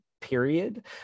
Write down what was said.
period